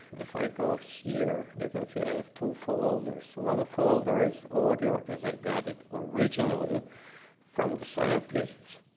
if i go here you can see i have two folders. one folder is audio as i got it originally from the scientists